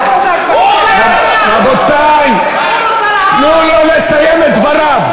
אתה עושה, רבותי, שיהיה ברור.